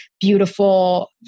beautiful